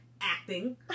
acting